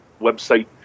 website